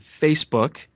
Facebook